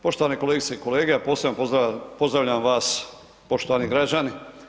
Poštovani kolegice i kolege, a posebno pozdravljam vas poštovani građani.